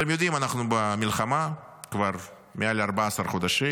אתם יודעים, אנחנו במלחמה כבר מעל 14 חודשים.